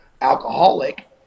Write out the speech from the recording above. alcoholic